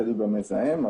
תלוי במזהם,